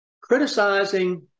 criticizing